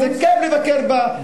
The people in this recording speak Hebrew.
זה כיף לבקר בה,